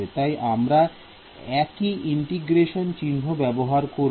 তাই আমরা একই ইন্টিগ্রেশন চিহ্ন ব্যবহার করব